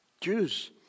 Jews